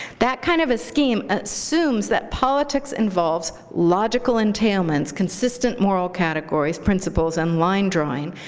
that kind of a scheme assumes that politics involves logical entailments, consistent moral categories, principles, and line drawing,